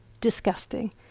disgusting